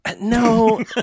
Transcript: No